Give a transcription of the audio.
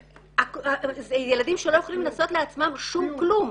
זה ילדים שלא יכולים לעשות לעצמם שום כלום.